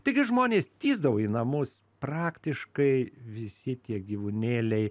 taigi žmonės tįsdavo į namus praktiškai visi tie gyvūnėliai